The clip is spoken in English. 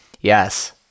Yes